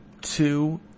two